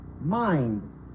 mind